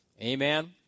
amen